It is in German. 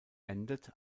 endet